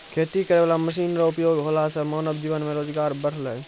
खेती करै वाला मशीन रो उपयोग होला से मानब जीवन मे रोजगार बड़लै